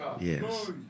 Yes